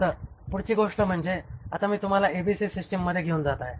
तर पुढची गोष्ट म्हणजे आता मी तुम्हाला ABC सिस्टममध्ये घेऊन जात आहे